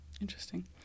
Interesting